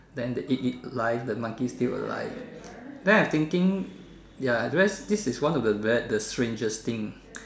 then they eat it live the monkey still alive then I thinking ya then this is one of the strangest thing